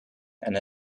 and